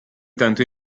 tanto